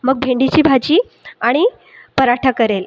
मग भेंडीची भाजी आणि पराठा करेल